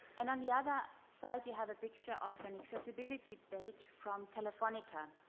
and on the other side you have a picture of an accessibility page from telefonica,